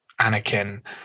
Anakin